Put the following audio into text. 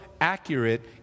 accurate